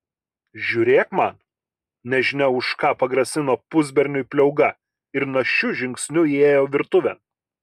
žiūrėk man nežinia už ką pagrasino pusberniui pliauga ir našiu žingsniu įėjo virtuvėn